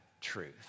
truth